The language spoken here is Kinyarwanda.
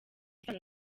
isano